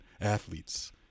athletes